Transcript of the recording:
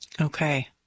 Okay